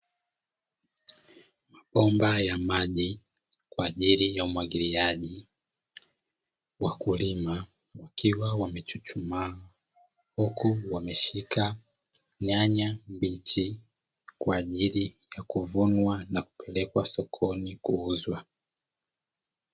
Mabomba ya maji kwa ajili ya umwagiliaji, wakulima wakiwa wamechuchumaa huku wameshika nyanya mbichi kwa ajili ya kuvunwa na kupelekwa sokoni kuuzwa.